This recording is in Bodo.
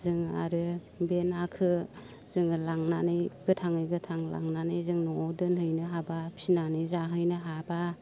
जोङो आरो बे नाखो जोङो लांनानै गोथाङै गोथां लांनानै जों न'आव दोनहैनो हाब्ला फिनानै जाहैनो हाब्ला